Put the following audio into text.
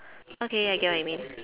okay I get what you mean